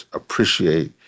appreciate